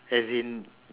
as in